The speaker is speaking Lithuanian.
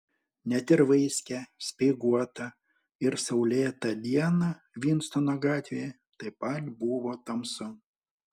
net ir vaiskią speiguotą ir saulėtą dieną vinstono gatvėje taip pat buvo tamsu